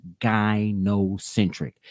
gynocentric